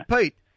Pete